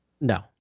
No